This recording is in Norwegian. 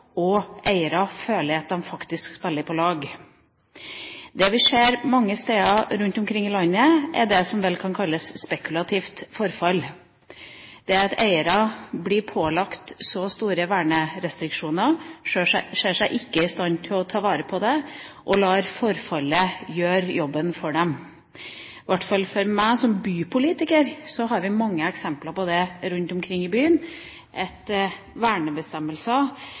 og eiere føler at de faktisk spiller på lag. Det vi ser mange steder rundt omkring i landet, er det som vel kan kalles spekulativt forfall, der eiere blir pålagt så store vernerestriksjoner at de ikke ser seg i stand til å ta vare på eiendommen, og lar forfallet gjøre jobben for seg. I hvert fall har jeg, som bypolitiker, rundt omkring i byen mange eksempler på at vernebestemmelser ofte kan framtvinge et